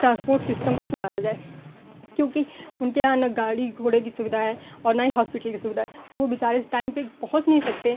transport system को सुधारा जाए क्योंकि उनके यहाँ न गाड़ी घोड़े की सुविधा है और न ही हॉस्पिटल की सुविधा है तो वो बेचारे टाइम पे पहुँच नहीं सकते